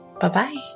Bye-bye